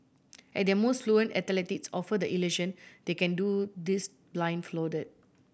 at their most fluent athletes offer the illusion they can do this